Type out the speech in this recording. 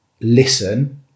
Listen